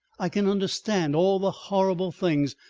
i can understand all the horrible things,